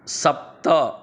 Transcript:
सप्त